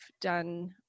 done